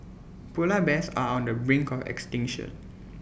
Polar Bears are on the brink of extinction